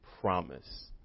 promise